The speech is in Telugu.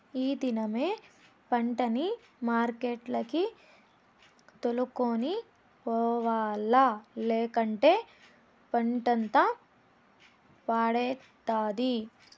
ఈ దినమే పంటని మార్కెట్లకి తోలుకొని పోవాల్ల, లేకంటే పంటంతా పాడైతది